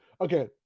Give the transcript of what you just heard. Okay